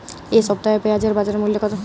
এ সপ্তাহে পেঁয়াজের বাজার মূল্য কত?